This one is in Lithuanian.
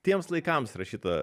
tiems laikams rašyta